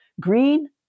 Green